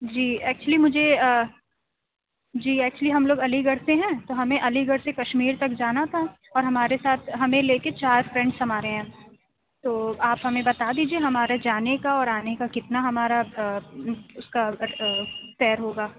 جی actually مجھے جی actually ہم لوگ علی گڑھ سے ہیں تو ہمیں علی گڑھ سے کشمیر تک جانا تھا اور ہمارے ساتھ ہمیں لے کے چار فرینڈس ہمارے ہیں تو آپ ہمیں بتا دیجیے ہمارے جانے کا اور آنے کا کتنا ہمارا اِس کا طے ہوگا